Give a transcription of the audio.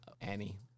Annie